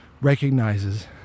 recognizes